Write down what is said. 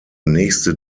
nächste